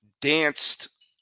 danced